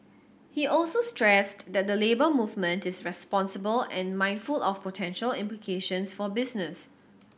he also stressed that the Labour Movement is responsible and mindful of potential implications for business